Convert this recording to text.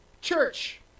church